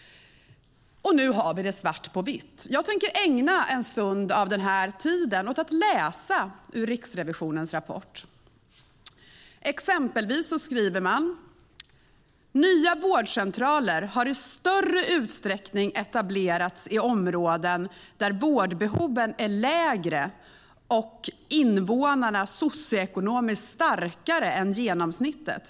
Nu har vi det svart på vitt. Jag tänker ägna en stund åt att läsa ur betänkandet om Riksrevisionens rapport. Man har bland annat kommit fram till att nya vårdcentraler i större utsträckning har etablerats "i områden där vårdbehoven är lägre och invånarna socioekonomiskt starkare än genomsnittet".